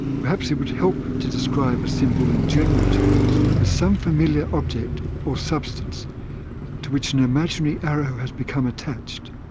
perhaps it would help to describe a symbol in general terms as some familiar object or substance to which an imaginary arrow has been attached.